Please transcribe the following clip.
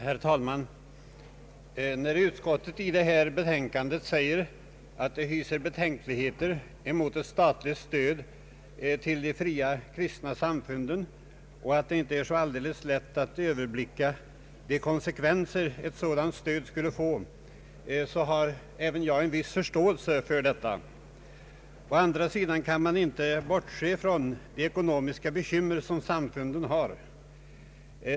Herr talman! När utskottet i detta utlåtande säger att det hyser betänkligheter mot ett statligt stöd till de fria kristna samfunden och att det inte är så alldeles lätt att överblicka de konsekvenser ett sådant stöd skulle få, har även jag en viss förståelse för detta. Å andra sidan kan man inte bortse från de ekonomiska bekymmer som samfunden har.